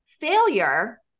failure